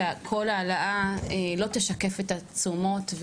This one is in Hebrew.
לא יכול להיות שכל העלאה לא תשקף את התשומות,